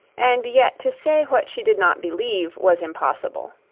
and yet to say what she did not believe was impossible.